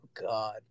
God